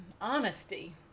honesty